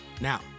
Now